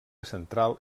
central